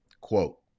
Quote